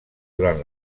durant